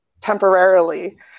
temporarily